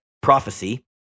prophecy